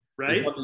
Right